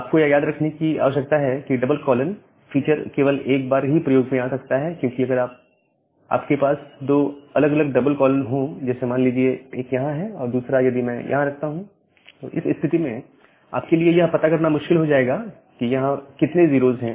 आपको यह याद रखने की आवश्यकता है कि यह डबल कॉलन फीचर केवल एक बार ही प्रयोग में आ सकता है क्योंकि अगर आपके पास दो अलग अलग डबल कॉलन हो जैसे मान लीजिए एक यहां है और दूसरा यदि मैं यहां रखता हूं तो इस स्थिति में आपके लिए यह पता करना मुश्किल हो जाएगा कि यहां कितने 0s हैं